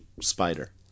spider